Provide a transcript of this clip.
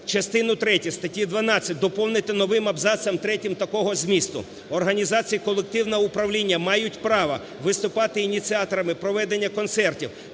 Частину третю статті 12 доповнити новим абзацом третім такого змісту: "Організації колективного управління мають право виступати ініціаторами проведення концертів,